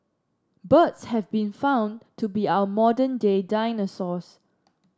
birds have been found to be our modern day dinosaurs